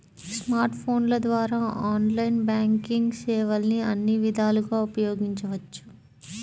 smart ఫోన్ల ద్వారా online banking సేవల్ని అన్ని విధాలుగా ఉపయోగించవచ్చు